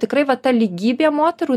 tikrai va ta lygybė moterų